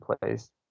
place